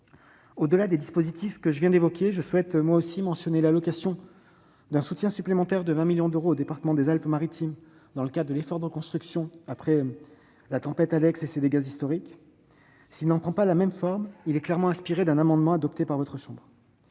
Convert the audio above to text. Au-delà des dispositifs que je viens d'évoquer, je souhaite moi aussi mentionner l'allocation d'un soutien supplémentaire de 20 millions d'euros au département des Alpes-Maritimes, dans le cadre de l'effort de reconstruction consécutif au passage de la tempête Alex, qui a fait des dégâts historiques. S'il n'en prend pas la forme, ce soutien est clairement inspiré d'un amendement adopté par votre chambre.